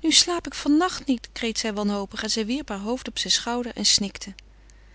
nu slaap ik van nacht niet kreet zij wanhopig en zij wierp heur hoofd op zijn schouder en snikte